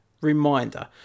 reminder